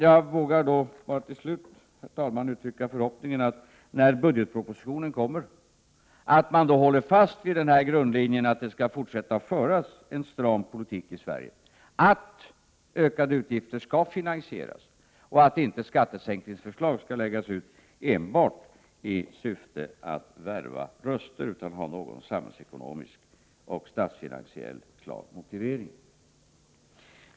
Jag vågar ändå uttrycka förhoppningen att man när budgetpropositionen kommer håller fast vid grundlinjen att vi skall fortsätta att föra en stram politik i Sverige, att ökade utgifter skall finansieras och att skattesänkningsförslag inte skall läggas fram enbart i syfte att värva röster utan måste ha en klar samhällsekonomisk och statsfinansiell motivering.